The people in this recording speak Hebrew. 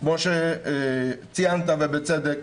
כמו שציינת ובצדק,